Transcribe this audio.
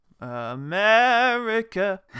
America